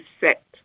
set